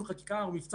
נתון